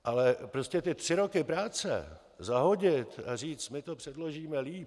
Ale prostě ty tři roky práce zahodit a říct: my to předložíme líp...